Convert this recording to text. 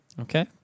Okay